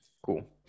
cool